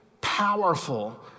powerful